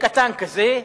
בקטן כזה,